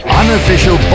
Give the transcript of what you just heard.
unofficial